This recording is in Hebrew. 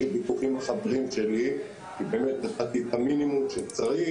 ויכוחים עם החברים שלי כי באמת נתתי את המינימום שצריך